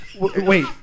Wait